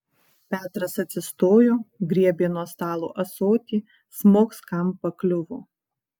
petras atsistojo griebė nuo stalo ąsotį smogs kam pakliuvo